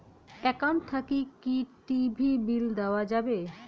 Account থাকি কি TV bill দেওয়া যাবে?